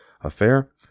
affair